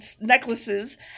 necklaces